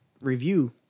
review